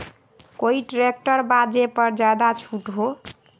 कोइ ट्रैक्टर बा जे पर ज्यादा छूट हो?